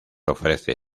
ofrece